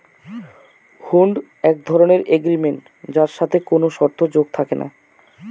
হুন্ড এক ধরনের এগ্রিমেন্ট যার সাথে কোনো শর্ত যোগ থাকে না